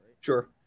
Sure